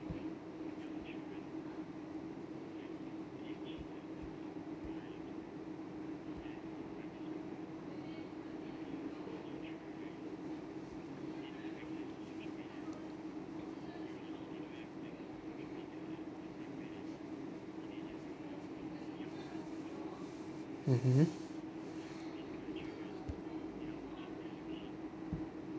mmhmm